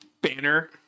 banner